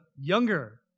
younger